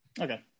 Okay